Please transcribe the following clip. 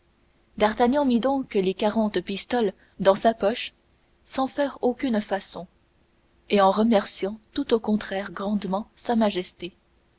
d'artagnan mit donc les quarante pistoles dans sa poche sans faire aucune façon et en remerciant tout au contraire grandement sa majesté